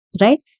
right